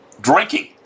drinking